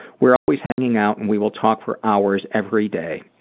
we're always hanging out, and we will talk for hours every day.